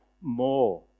more